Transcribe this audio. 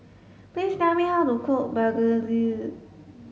please tell me how to cook begedil